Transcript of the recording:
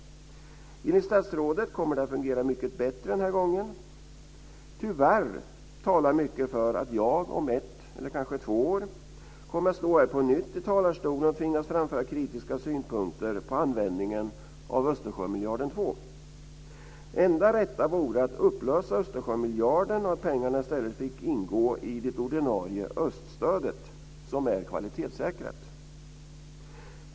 Enligt statsrådet kommer det att fungera mycket bättre den här gången. Tyvärr talar mycket för att jag om ett eller kanske två år kommer att stå här på nytt i talarstolen och tvingas framföra kritiska synpunkter på användningen av Östersjömiljarden 2. Det enda rätta vore att upplösa Östersjömiljarden och att pengarna i stället fick ingå i det ordinarie öststödet, som är kvalitetssäkrat.